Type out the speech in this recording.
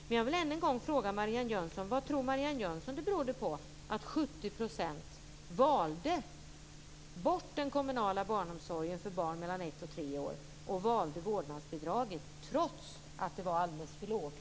Men jag vill än en gång fråga Marianne Jönsson vad hon tror att det berodde på att 70 % valde bort den kommunala barnomsorgen för barn mellan ett och tre år och valde vårdnadsbidraget, trots att det var alldeles för lågt.